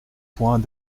point